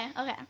okay